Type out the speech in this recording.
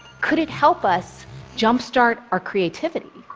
could it help us jump-start our creativity?